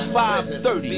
5.30